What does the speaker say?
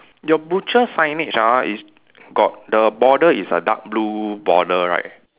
your butcher signage ah is got the border is a dark blue border right